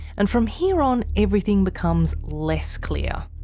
and from here on everything becomes less clear.